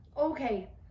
okay